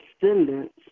descendants